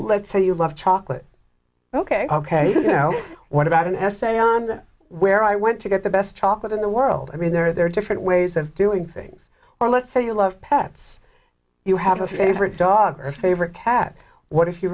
let's say you love chocolate ok ok you know what about an essay on where i went to get the best chocolate in the world i mean there are different ways of doing things or let's say you love pets you have a favorite dog or a favorite cat what if you